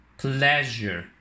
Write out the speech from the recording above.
pleasure